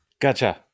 Gotcha